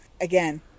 Again